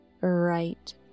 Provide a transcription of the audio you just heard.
right